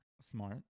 Smart